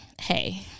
hey